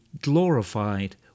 glorified